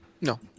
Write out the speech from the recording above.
No